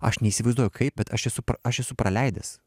aš neįsivaizduoju kaip bet aš esu aš esu praleidęs